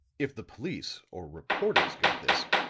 if the police or reporters got this,